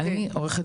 אני עו"ד